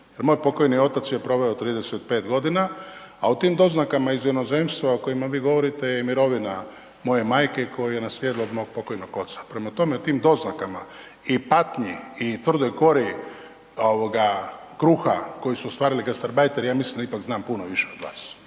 moj pokojni otac je proveo 35.g., a u tim doznakama iz inozemstva o kojima vi govorite je i mirovina od moje majke koju je naslijedila od mog pokojnog oca. Prema tome, o tim doznakama i patnji i tvrdoj kori kruha koju su ostvarili gastarbajteri, ja mislim da ipak znam puno više od vas.